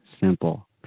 simple